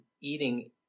eating